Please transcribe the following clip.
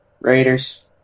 Raiders